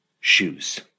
shoes